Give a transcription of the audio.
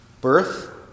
birth